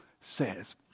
says